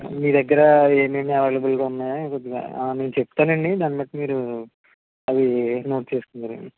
మీ దగ్గర ఏమేమి అవైలబుల్గా ఉన్నాయో కొద్దిగా ఆ నేను చెప్తానండి దాన్నిబట్టి మీరు అవి నోట్ చేసుకుందురుగానీ